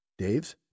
Daves